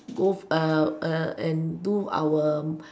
go and do our